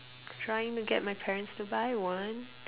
trying to get my parents to buy one